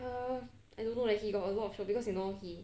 err I don't know leh he got a lot of shows because you know he